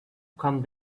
come